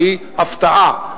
שהיא: הפתעה.